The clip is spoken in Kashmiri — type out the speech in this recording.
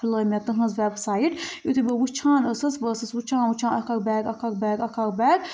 کھُلٲے مےٚ تِہٕنٛز وٮ۪ب سایِٹ یُتھُے بہٕ وُچھان ٲسٕس بہٕ ٲسٕس وُچھان وُچھان اَکھ اَکھ بیگ اَکھ اَکھ بیگ اَکھ اَکھ بیگ